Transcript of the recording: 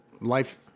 life